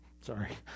sorry